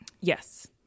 Yes